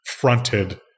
fronted